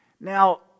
Now